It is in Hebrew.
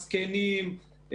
זקנים,